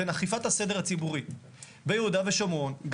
בין אכיפת הסדר הציבורי ביהודה ושומרון,